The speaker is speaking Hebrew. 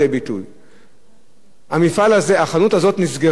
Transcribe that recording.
החנות הזאת נסגרה בגלל המחאה החברתית.